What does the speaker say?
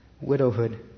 widowhood